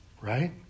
Right